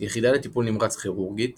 יחידה לטיפול נמרץ כירורגית